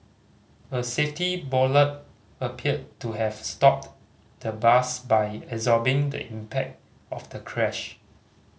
a safety bollard appeared to have stopped the bus by absorbing the impact of the crash